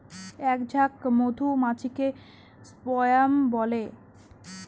এক ঝাঁক মধুমাছিকে স্বোয়াম বলে